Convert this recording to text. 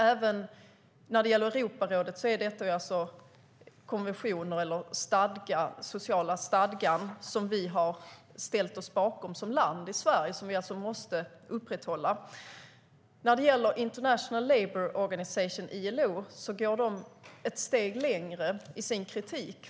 Även när det gäller Europarådet rör det sig om den sociala stadga som Sverige har ställt sig bakom och alltså måste upprätthålla. ILO går ett steg längre i sin kritik.